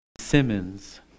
Simmons